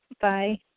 Bye